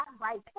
right